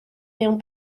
mewn